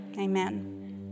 Amen